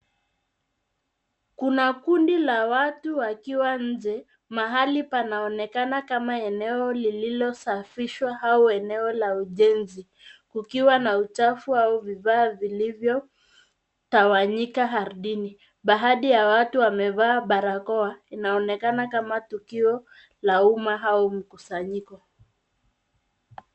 Kuna kundi la watu wakiwa nje. Mahali panaonekana kama eneo liliosafishwa au eneo la ujenzi, kukiwa na uchafu au vifaa vilivyotawanyika ardhini. Baadhi ya watu wamevaa barakoa. Inaonekana kama tukio la umma au mkusanyiko.